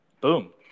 Boom